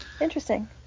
interesting